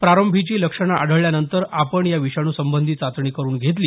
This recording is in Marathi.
प्रारंभीची लक्षणं आढळल्यानंतर आपण या विषाणू संबंधी चाचणी करुन घेतली